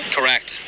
Correct